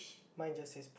mine just is